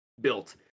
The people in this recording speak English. built